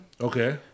Okay